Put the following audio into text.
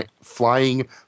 Flying